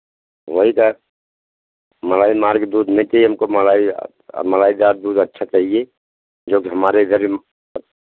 वही तो मलाई मार कर दूध नहीं चाहिए हमको मलाई मलाईदार दूध अच्छा चाहिए जो कि हमारे इधर